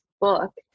book